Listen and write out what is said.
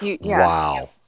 Wow